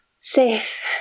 Safe